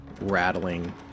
Rattling